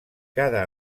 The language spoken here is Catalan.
cada